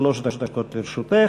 שלוש דקות לרשותך.